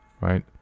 right